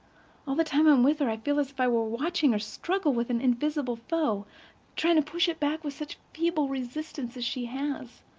all the time i'm with her i feel as if i were watching her struggle with an invisible foe trying to push it back with such feeble resistance as she has.